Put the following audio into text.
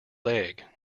egg